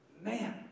man